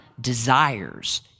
desires